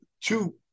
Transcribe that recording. two